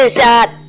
that